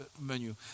menu